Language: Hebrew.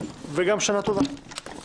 וגם שנה טובה.